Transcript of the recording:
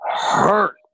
hurt